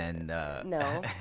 No